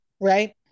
right